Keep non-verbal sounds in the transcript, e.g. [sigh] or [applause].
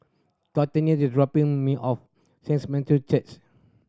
Cortney is dropping me off [unintelligible] Matthew Church